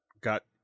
got